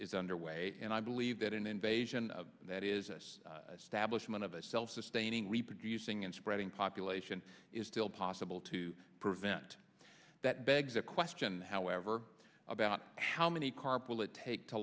is underway and i believe that an invasion of that is us stablish one of a self sustaining reproducing and spreading population is still possible to prevent that begs the question however about how many carp will it take to